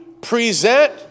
present